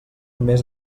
més